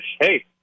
hey